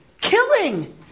Killing